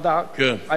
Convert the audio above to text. חיים כץ.